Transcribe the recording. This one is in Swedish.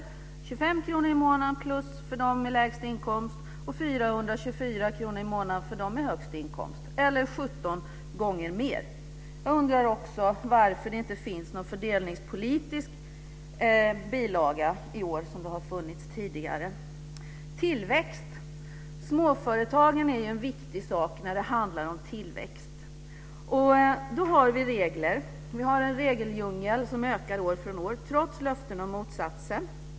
Det blir +25 kr i månaden för dem med lägst inkomst och +424 kr i månaden för dem med högst inkomst, eller 17 gånger mer. Jag undrar också varför det inte finns någon fördelningspolitisk bilaga i år, som det har funnits tidigare. När det handlar om tillväxt är småföretagen en viktig sak. Då har vi regler; vi har en regeldjungel som ökar år från år, trots löften om motsatsen.